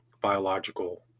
biological